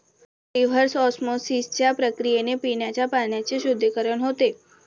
reverse ऑस्मॉसिसच्या प्रक्रियेने पिण्याच्या पाण्याचे शुद्धीकरण होते